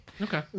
Okay